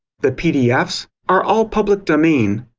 the pdfs are all public domain.